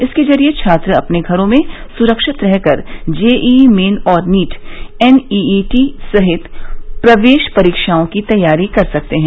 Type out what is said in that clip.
इसके जरिये छात्र अपने घरों में सुरक्षित रह कर जेईई मेन और नीट एनईईटी सहित प्रवेश परीक्षाओं की तैयारी कर सकते हैं